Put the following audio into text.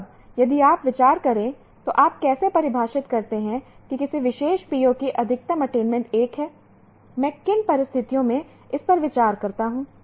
अब यदि आप विचार करें तो आप कैसे परिभाषित करते हैं किसी विशेष PO की अधिकतम अटेनमेंट 1 है मैं किन परिस्थितियों में इस पर विचार करता हूं